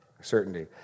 certainty